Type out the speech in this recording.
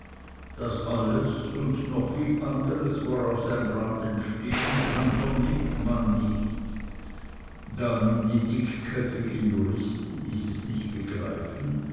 das alles und noch viel anderes woraus ein brand entstehen kann vernimmt man nicht da nun die dickköpfigen juristen dieses nicht begreifen